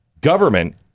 Government